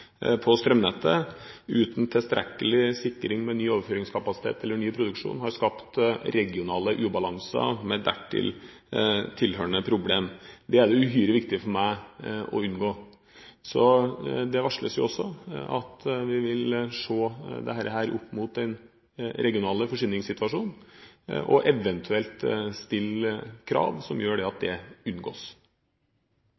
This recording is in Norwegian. på strømnettet, uten tilstrekkelig sikring med ny overføringskapasitet til en ny produksjon, har skapt regionale ubalanser med dertil tilhørende problem. Det er det uhyre viktig for meg å unngå. Det varsles jo også at vi vil se dette opp mot den regionale forsyningssituasjonen og eventuelt stille krav som gjør at det